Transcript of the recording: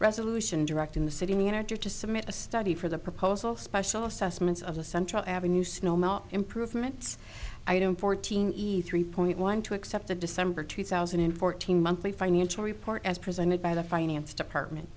resolution directing the city manager to submit a study for the proposal special assessments of the central avenue snow melt improvements i don't fourteen eat three point one to accept the december two thousand and fourteen monthly financial report as presented by the finance department